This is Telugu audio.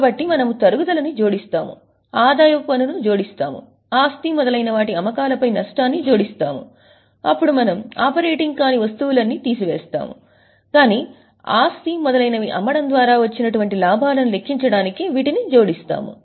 కాబట్టి మనము తరుగుదలని జోడిస్తాము ఆదాయపు పన్నును జోడిస్తాము ఆస్తి మొదలైన వాటి అమ్మకాలపై నష్టాన్ని జోడిస్తాము అప్పుడు మనము ఆపరేటింగ్ కాని వస్తువులను తీసివేస్తాము కాని ఆస్తి మొదలైనవి అమ్మడం ద్వారా వచ్చినటువంటి లాభాలను లెక్కించడానికి వీటిని జోడిస్తాము